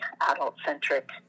adult-centric